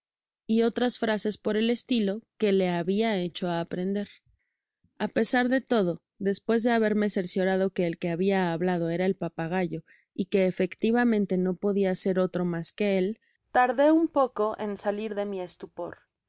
y otras frases por el estilo que le habia hecho aprender a pesar de todo despues de haberme cerciorado que el que babia hablado era el papagayo y que efecti r vamente no podia ser otro mas que él tardé un poco en salir de mi estupor